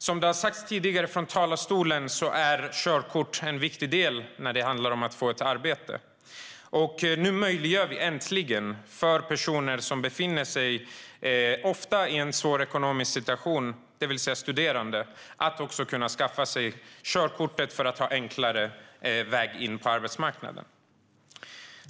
Som har sagts tidigare från talarstolen är körkort en viktig del när det handlar om att få ett arbete. Nu möjliggör vi äntligen för personer som ofta befinner sig i en svår ekonomisk situation, det vill säga studerande, att skaffa sig körkort för att ha enklare väg in på arbetsmarknaden.